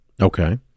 Okay